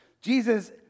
Jesus